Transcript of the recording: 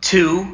Two